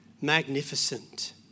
magnificent